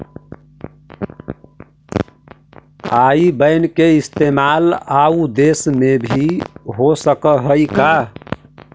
आई ban के इस्तेमाल आउ देश में भी हो सकऽ हई का?